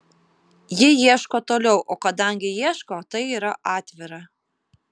ji ieško toliau o kadangi ieško tai yra atvira